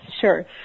sure